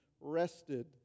rested